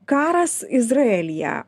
karas izraelyje